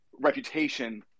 reputation